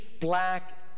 black